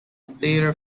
theater